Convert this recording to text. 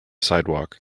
sidewalk